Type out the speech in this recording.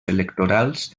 electorals